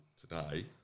today